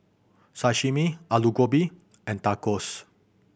Sashimi Alu Gobi and Tacos